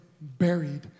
buried